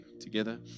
together